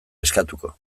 eskatuko